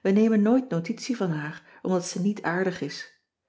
we nemen nooit notitie van haar omdat ze niet aardig is